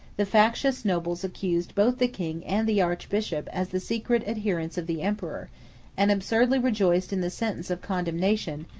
the factious nobles accused both the king and the archbishop as the secret adherents of the emperor and absurdly rejoiced in the sentence of condemnation,